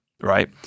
right